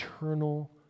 eternal